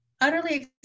utterly